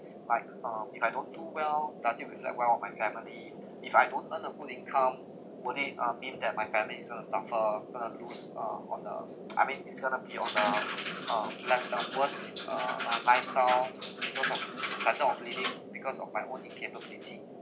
like uh if I don't do well does it reflect well on my family if I don't earn a good income would it um mean that my family is going to suffer going to lose uh on the I mean is going to be yourself um left but worse uh my lifestyle because of better off leaving because of my own incapability